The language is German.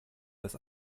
das